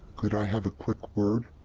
could i have a quick word?